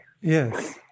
Yes